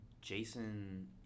Jason